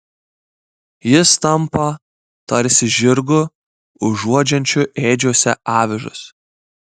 jis tampa tarsi žirgu užuodžiančiu ėdžiose avižas